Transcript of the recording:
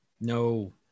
No